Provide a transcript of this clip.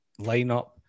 lineup